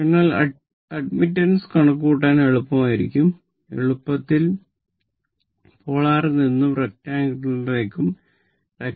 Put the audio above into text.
അതിനാൽ അഡ്മിറ്റാൻസ്